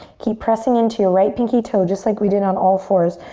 keep pressing into your right pinky toe, just like we did on all fours,